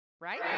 Right